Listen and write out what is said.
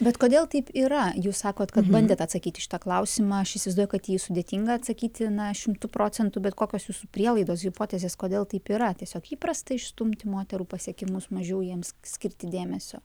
bet kodėl taip yra jūs sakot kad bandėt atsakyt į šitą klausimą aš įsivaizduoju kad į jį sudėtinga atsakyti na šimtu procentų bet kokios jūsų prielaidos hipotezės kodėl taip yra tiesiog įprasta išstumti moterų pasiekimus mažiau jiems skirti dėmesio